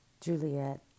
Juliet